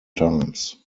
times